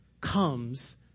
comes